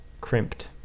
Crimped